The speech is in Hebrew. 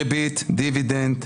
ריבית, דיבידנד.